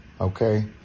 Okay